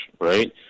right